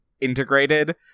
integrated